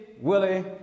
Willie